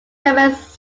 commands